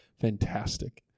Fantastic